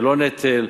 ולא נטל,